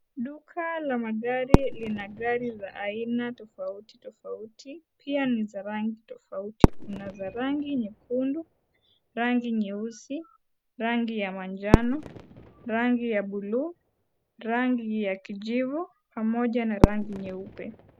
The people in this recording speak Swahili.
Duka la magari lina gari aina tofauti tofauti pia za rangi tofauti kuna za rangi nyekundu, rangi nyeusi, rangi ya manjano, rangi ya buluu, rangi ya kijivu pamoja na rangi nyeupe.